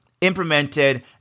implemented